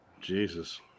Jesus